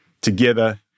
together